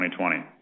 2020